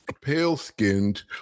pale-skinned